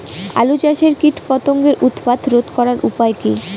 আলু চাষের কীটপতঙ্গের উৎপাত রোধ করার উপায় কী?